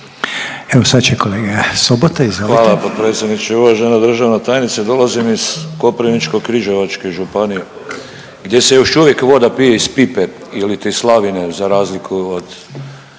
Evo sad će kolega Sobota, izvolite.